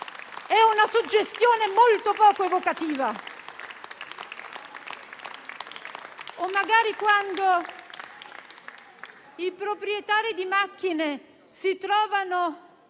è una suggestione molto poco evocativa! O magari quando i proprietari di automobili ritrovano